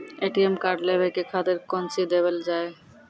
ATM card लेवे के खातिर कौंची देवल जाए?